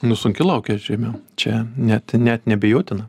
nu sunki laukia žiema čia net net neabejotina